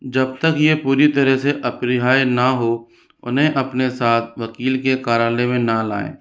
जब तक यह पूरी तरह से अपरिहार्य न हो उन्हें अपने साथ वकील के कार्यालय में न लाएँ